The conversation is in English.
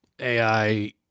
ai